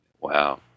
Wow